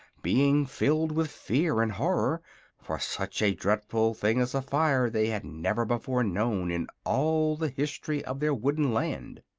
being filled with fear and horror for such a dreadful thing as a fire they had never before known in all the history of their wooden land.